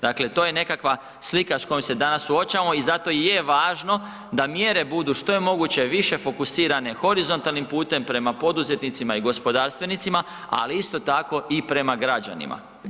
Dakle, to je nekakva slika s kojom se danas suočavamo i zato i je važno da mjere budu što je moguće više fokusirane horizontalnim putem prema poduzetnicima i gospodarstvenicima ali isto tako i prema građanima.